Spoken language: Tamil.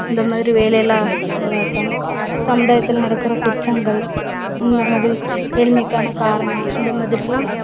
இந்த மாதிரி வேலையில்லா திண்டாட்டம் சமுதாயத்தில் நடக்கிற குற்றங்கள் அந்த மாதிரி ஏழ்மைக்கான காரணம் இந்த மாதிரியெலாம்